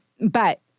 But-